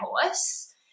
horse